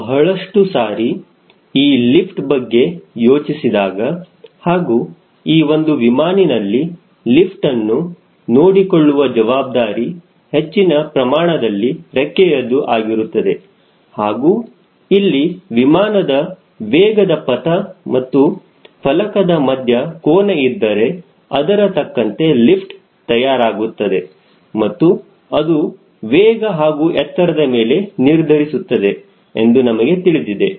ಬಹಳಷ್ಟು ಸಾರಿ ಈ ಲಿಫ್ಟ್ ಬಗ್ಗೆ ಯೋಚಿಸಿದಾಗ ಹಾಗೂ ಈ ಒಂದು ವಿಮಾನಿನಲ್ಲಿ ಲಿಫ್ಟ್ ಅನ್ನು ನೋಡಿಕೊಳ್ಳುವ ಜವಾಬ್ದಾರಿ ಹೆಚ್ಚಿನ ಪ್ರಮಾಣದಲ್ಲಿ ರೆಕ್ಕೆಯದ್ದು ಆಗಿರುತ್ತದೆ ಹಾಗೂ ಇಲ್ಲಿ ವಿಮಾನದ ವೇಗದ ಪಥ ಮತ್ತು ಫಲಕದ ಮಧ್ಯ ಕೋನ ಇದ್ದರೆ ಅದರ ತಕ್ಕಂತೆ ಲಿಫ್ಟ್ ತಯಾರಾಗುತ್ತದೆ ಮತ್ತು ಅದು ವೇಗ ಹಾಗೂ ಎತ್ತರದ ಮೇಲೆ ನಿರ್ಧರಿಸುತ್ತದೆ ಎಂದು ನಮಗೆ ತಿಳಿದಿದೆ